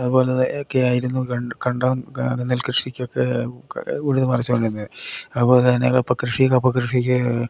അതുപോലെ ഒക്കെയായിരുന്നു കണ്ടം അത് നെൽക്കൃഷിക്കൊക്കെ ഉഴുതു മറിച്ചുകൊണ്ടിരുന്നത് അതുപോലെതന്നെ കപ്പക്കൃഷി കപ്പക്കൃഷിയ്ക്ക്